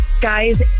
Guys